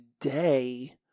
today